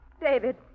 David